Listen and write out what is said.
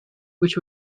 which